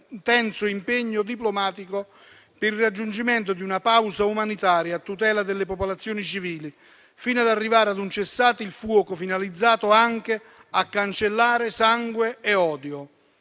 intenso impegno diplomatico per il raggiungimento di una pausa umanitaria a tutela delle popolazioni civili, fino ad arrivare ad un cessate il fuoco finalizzato anche a cancellare sangue e odio.